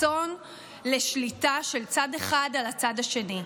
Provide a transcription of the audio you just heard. ברצון לשליטה של צד אחד על הצד השני.